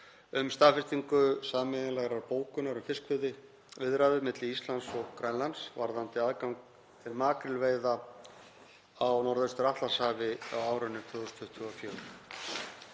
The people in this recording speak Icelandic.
um staðfestingu sameiginlegrar bókunar um fiskveiðiviðræður milli Íslands og Grænlands varðandi aðgang til makrílveiða á Norðaustur-Atlantshafi á árinu 2024.